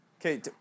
Okay